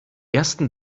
ersten